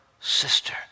sister